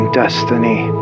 destiny